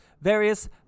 various